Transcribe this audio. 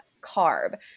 carb